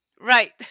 Right